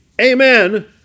Amen